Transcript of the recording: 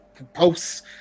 posts